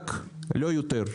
לכל היותר,